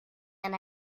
and